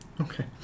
Okay